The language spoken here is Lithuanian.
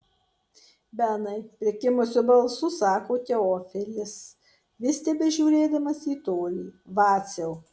benai prikimusiu balsu sako teofilis vis tebežiūrėdamas į tolį vaciau